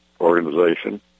organization